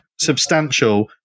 substantial